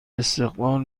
استقبال